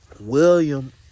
William